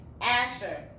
Asher